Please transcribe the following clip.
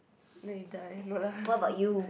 then you die no lah